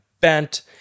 bent